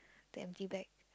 the empty bag